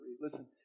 Listen